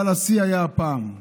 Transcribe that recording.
אבל השיא היה הפעם.